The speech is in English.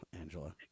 angela